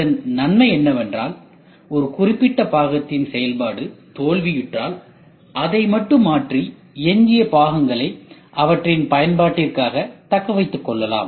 இதன் நன்மை என்னவென்றால் ஒரு குறிப்பிட்ட பாகத்தின் செயல்பாடு தோல்வியுற்றால் அதை மட்டும் மாற்றி எஞ்சிய பாகங்களை அவற்றின் பயன்பாட்டிற்காக தக்கவைத்துக் கொள்ளலாம்